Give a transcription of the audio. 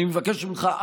אני מבקש ממך,